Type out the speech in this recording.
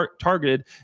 targeted